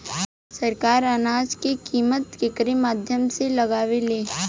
सरकार अनाज क कीमत केकरे माध्यम से लगावे ले?